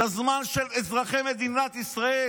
את הזמן של אזרחי מדינת ישראל.